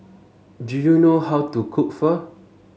do you know how to cook Pho